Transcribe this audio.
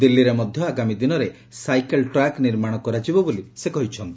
ଦିଲ୍ଲୀରେ ମଧ୍ୟ ଆଗାମୀ ଦିନରେ ସାଇକେଲ୍ ଟ୍ରାକ୍ ନିର୍ମାଣ କରାଯିବ ବୋଲି ସେ କହିଛନ୍ତି